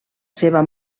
seva